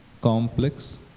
complex